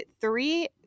three